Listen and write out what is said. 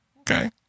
Okay